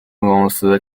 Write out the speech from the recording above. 公司